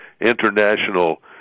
international